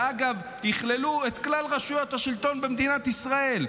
שאגב, תכלול את כלל רשויות השלטון במדינת ישראל.